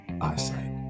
eyesight